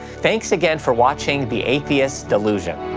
thanks again for watching the atheist delusion.